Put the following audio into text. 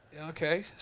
Okay